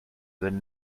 than